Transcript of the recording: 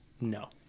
No